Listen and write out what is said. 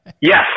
Yes